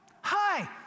Hi